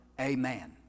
Amen